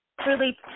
truly